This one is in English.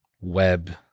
web